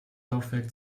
laufwerk